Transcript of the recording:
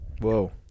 Whoa